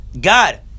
God